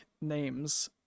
names